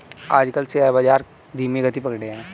आजकल शेयर बाजार धीमी गति पकड़े हैं